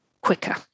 quicker